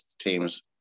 teams